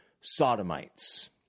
sodomites